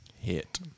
Hit